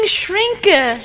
shrinker